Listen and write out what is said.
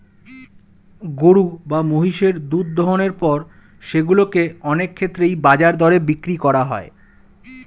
গরু বা মহিষের দুধ দোহনের পর সেগুলো কে অনেক ক্ষেত্রেই বাজার দরে বিক্রি করা হয়